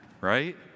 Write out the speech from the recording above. right